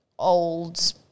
old